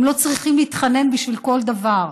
הם לא צריכים להתחנן בשביל כל דבר,